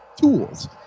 tools